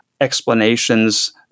explanations